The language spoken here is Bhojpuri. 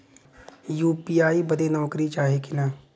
यू.पी.आई बदे नौकरी चाही की ना?